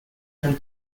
from